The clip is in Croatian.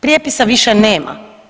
Prijepisa više nema.